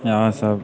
इएह सब